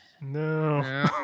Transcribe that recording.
No